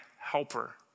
helper